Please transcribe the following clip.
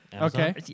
Okay